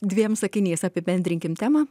dviem sakiniais apibendrinkim temą